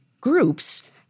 groups